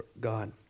God